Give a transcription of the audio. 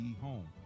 home